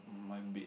my bed